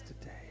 today